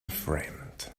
framed